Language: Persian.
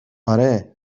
آره